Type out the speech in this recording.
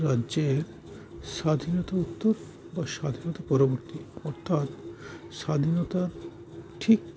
রাজ্যের স্বাধীনতা উত্তর বা স্বাধীনতা পরবর্তী অর্থাৎ স্বাধীনতা ঠিক